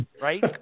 Right